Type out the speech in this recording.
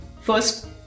first